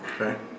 Okay